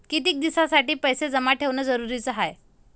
कितीक दिसासाठी पैसे जमा ठेवणं जरुरीच हाय?